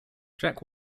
jack